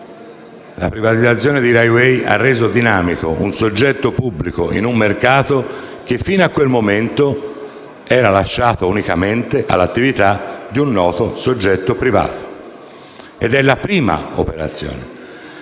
la privatizzazione di RAI Way ha reso dinamico un soggetto pubblico in un mercato che fino a quel momento era lasciato unicamente all'attività di un noto soggetto privato ed è questa la prima operazione